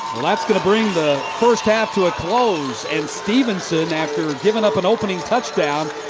that's going to bring the first half to a close. and stephenson after giving up an opening touchdown,